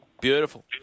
Beautiful